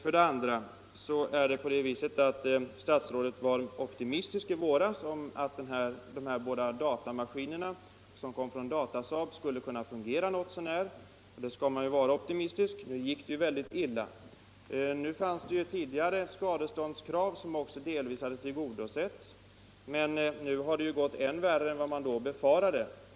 Statsrådet var i våras optimistisk och trodde att de båda inköpta datorerna, som kom från Datasaab, skulle kunna fungera något så när — och optimistisk skall man vara. Nu gick det ju dess värre mycket illa. Det fanns redan tidigare skadeståndskrav som också delvis hade tillgodosetts. Men nu har det gått ännu värre än vad man då befarade.